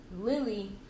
Lily